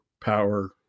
power